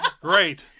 Great